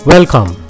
Welcome